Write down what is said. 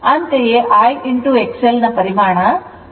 ಅಂತೆಯೇ I X Lನ ಪರಿಮಾಣ 39